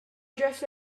dressed